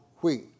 wheat